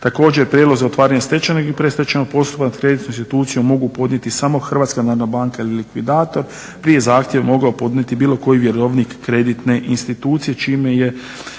Također prijedlog za otvaranje stečajnog i predstečajnog postupka … kreditnu instituciju mogu podnijeti samo HNB ili likvidator. Prije je zahtjev mogao podnijeti bilo koji vjerovnik kreditne institucije čime se